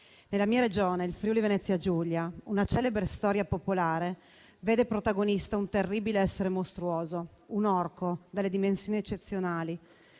Nella mia Regione, il Friuli Venezia Giulia, una celebre storia popolare vede protagonista un terribile essere mostruoso, un orco dalle dimensioni eccezionali.